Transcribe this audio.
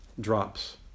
drops